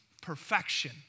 perfection